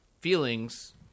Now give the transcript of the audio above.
feelings